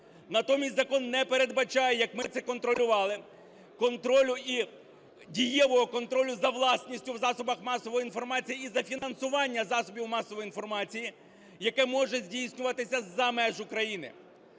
Натомість закон не передбачає, як ми це контролювали, контролю, і дієвого контролю, за власністю в засобах масової інформації і за фінансування засобів масової інформації, яке може здійснюватися з-за меж України.